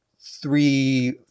three